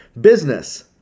business